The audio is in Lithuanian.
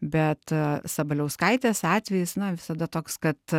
bet sabaliauskaitės atvejis na visada toks kad